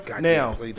now